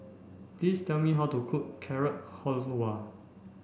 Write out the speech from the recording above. please tell me how to cook Carrot Halwa